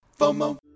FOMO